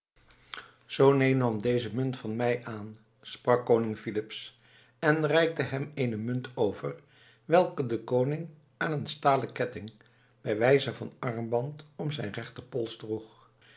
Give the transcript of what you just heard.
neem dan deze munt van mij aan sprak koning filips en reikte hem eene munt over welke de koning aan een stalen kettinkje bij wijze van armband om den